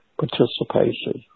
participation